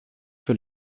que